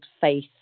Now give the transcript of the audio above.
faith